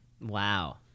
Wow